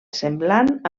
semblant